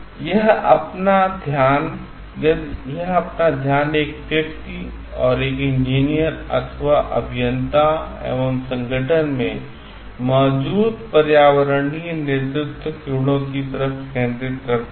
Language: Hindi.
यह अपना ध्यान एक व्यक्ति और एक इंजीनियर अथवा अभियंता एवं संगठन में मौजूद पर्यावरणीय नेतृत्व गुणों की तरफ केंद्रित करता है